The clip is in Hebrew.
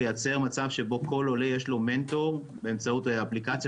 לייצר מצב שבו כל עולה יש לו מנטור באמצעות אפליקציה